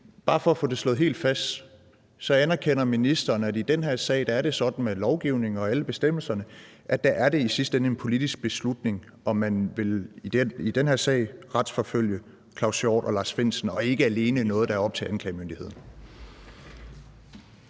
bare for at få det slået helt fast kan jeg forstå, at ministeren anerkender, at i den her sag er det sådan med lovgivningen og alle bestemmelserne, at det i sidste ende er en politisk beslutning, om man vil retsforfølge Claus Hjort Frederiksen og Lars Findsen, og at det ikke alene er noget, der er op til anklagemyndigheden.